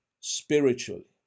spiritually